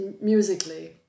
musically